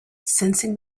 sensing